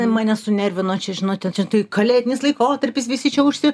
mane sunervino čia žinot ten čia tai kalėdinis laikotarpis visi čia užsi